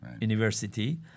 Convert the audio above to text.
University